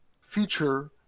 feature